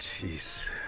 jeez